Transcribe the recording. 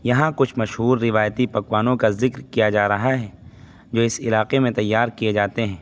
یہاں کچھ مشہور روایتی پکوانوں کا ذکر کیا جا رہا ہیں جو اس علاقے میں تیار کیے جاتے ہیں